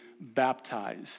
baptized